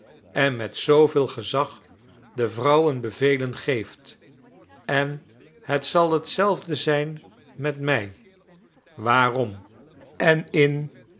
en met zooveel gezag de vrouwen bevelen geeft en het zal hetzelfde zijn met mij waarom en in